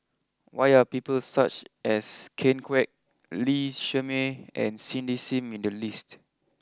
why are people such as Ken Kwek Lee Shermay and Cindy Sim in the list